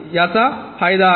हा याचा फायदा आहे